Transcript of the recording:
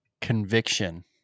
conviction